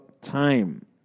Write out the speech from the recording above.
time